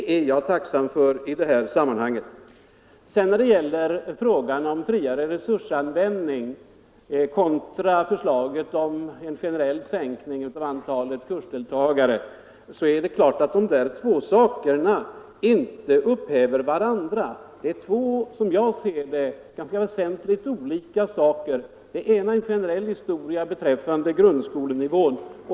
När det sedan gäller friare resursanvändning kontra en generell sänkning av antalet kursdeltagare är det klart att dessa två företeelser inte upphäver varandra. Som jag ser detta rör det sig om två väsentligt olika saker: Den ena är en generell historia beträffande grundskolenivån.